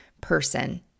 person